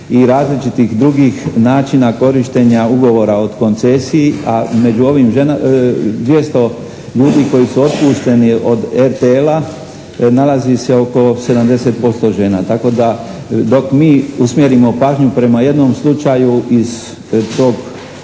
i različitih drugih načina korištenja ugovora o koncesiji. A među ovim ženama, 200 ljudi koji su otpušteni od RTL-a nalazi se oko 70% žena. Tako da dok mi usmjerimo pažnju prema jednom slučaju iz tog